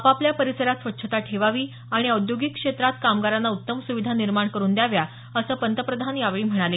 आपापल्या परिसरात स्वच्छता ठेवावी आणि औद्योगिक क्षेत्रात कामगारांना उत्तम सुविधा निर्माण करुन द्याव्या असं पंतप्रधान यावेळी म्हणाले